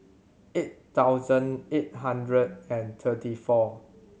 eight thousand eight hundred and thirty four